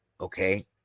Okay